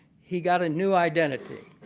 he got a new identity.